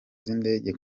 z’indege